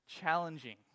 challenging